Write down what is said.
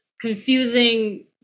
confusing